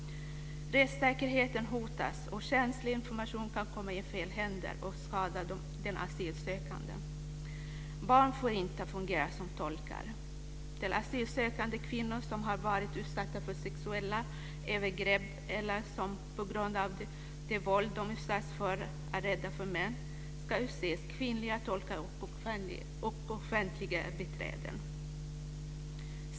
Rättssäkerheten hotas och känslig information kan komma i fel händer och skada den asylsökande. Barn får inte fungera som tolkar. Till asylsökande kvinnor som har varit utsatta för sexuella övergrepp eller som på grund av det våld de utsatts för är rädda för män ska utses kvinnliga tolkar och offentliga biträden.